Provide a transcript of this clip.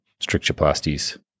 strictureplasties